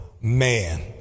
man